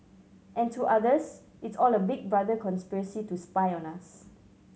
and to others it's all a Big Brother conspiracy to spy on us